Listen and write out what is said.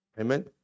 Amen